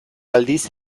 aldiz